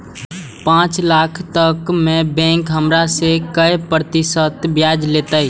पाँच लाख तक में बैंक हमरा से काय प्रतिशत ब्याज लेते?